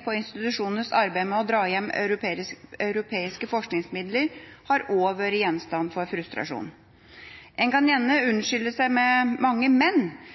på institusjonenes arbeid med å dra hjem europeiske forskningsmidler har også vært gjenstand for frustrasjon. En kan gjerne unnskylde seg med mange